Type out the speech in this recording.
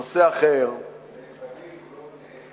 נושא אחר, הם בנינו,